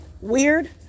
weird